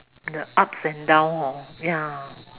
the ups and downs hor ya